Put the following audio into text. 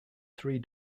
three